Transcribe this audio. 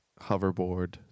hoverboard